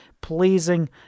pleasing